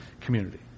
community